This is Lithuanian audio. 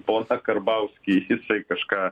poną karbauskį jisai kažką